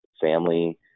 family